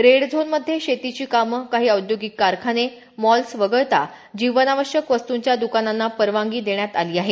red झोनमध्ये शेतीची कामं काही औद्योगिक कारखाने मॉल्स वगळता जीवनावश्यक वस्तूंच्या दकानांना परवानगी देण्यात आली आहे